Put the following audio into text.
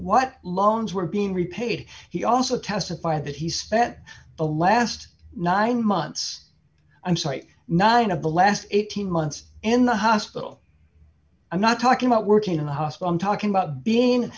what loans were being repaid he also testified that he spent the last nine months i'm sorry nine of the last eighteen months in the hospital i'm not talking about working in the hospital i'm talking about being